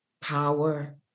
power